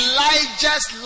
Elijah's